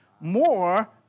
more